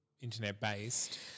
Internet-based